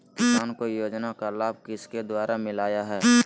किसान को योजना का लाभ किसके द्वारा मिलाया है?